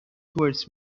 towards